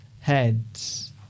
Heads